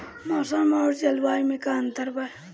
मौसम और जलवायु में का अंतर बा?